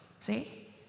See